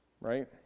Right